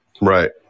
Right